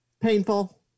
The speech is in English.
painful